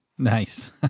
Nice